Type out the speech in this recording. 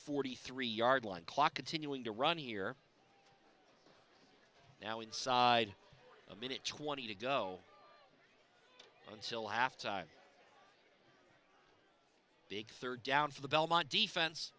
forty three yard line clock continuing to run here now inside a minute twenty to go until halftime big third down for the belmont defense